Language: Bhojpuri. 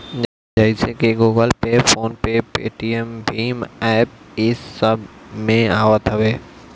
जइसे की Google pay, phone pay, Paytm भीम एप्प इस सब एमे आवत हवे